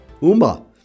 Uma